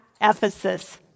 Ephesus